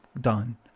done